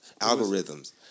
algorithms